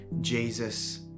Jesus